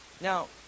Now